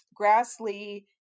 Grassley